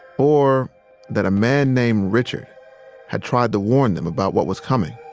or that a man named richard had tried to warn them about what was coming